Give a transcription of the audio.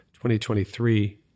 2023